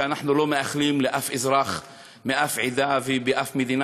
ואנחנו לא מאחלים לאף אזרח מאף עדה ובאף מדינה,